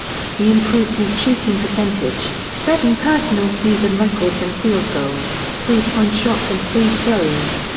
he improved his shooting percentage, setting personal season records in field goals, three-point shots and free throws.